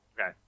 Okay